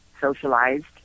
socialized